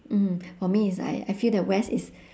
mm for me is I I feel that west is